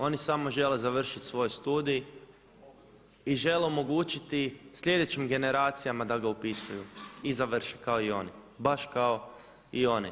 Oni samo žele završiti svoj studij i žele omogućiti sljedećim generacijama da ga upisuju i završe kao i oni, baš kao i oni.